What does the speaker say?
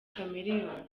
chameleone